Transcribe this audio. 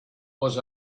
was